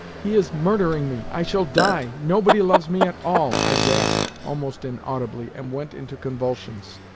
he is murdering me! i shall die! nobody loves me at all! i gasped almost inaudibly, and went into convulsions.